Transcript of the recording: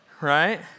Right